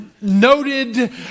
noted